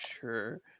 Sure